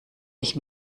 ich